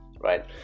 right